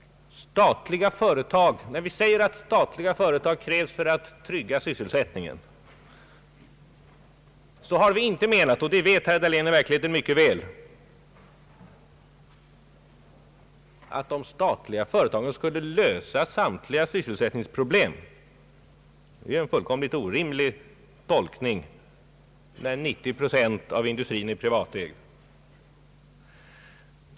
När vi säger att statliga företag krävs för att trygga sysselsättningen så har vi inte menat — och det vet herr Dahlén i verkligheten mycket väl — att de statliga företagen skulle lösa samtliga sysselsättningsproblem. Det är ju en fullkomligt orimlig tolkning, när 90 procent av industrin är privatägd.